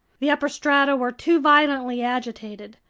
the upper strata were too violently agitated.